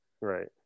Right